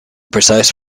precise